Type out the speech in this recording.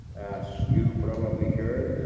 as you probably heard,